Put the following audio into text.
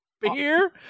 Beer